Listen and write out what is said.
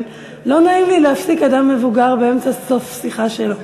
אבל לא נעים לי להפסיק אדם מבוגר בסוף השיחה שלו.